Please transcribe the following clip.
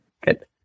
Good